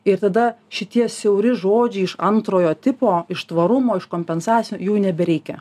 ir tada šitie siauri žodžiai iš antrojo tipo iš tvarumo iš kompensacijų jų nebereikia